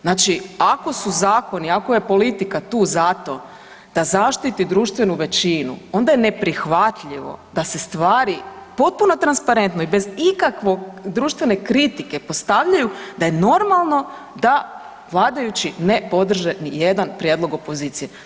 Znači ako su zakoni, ako je politika tu zato da zaštiti društvenu većinu, onda je neprihvatljivo da se stvari potpuno transparentno i bez ikakvog, društvene kritike postavljaju da je normalno da vladajuće ne podrže nijedan prijedlog opozicije.